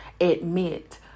admit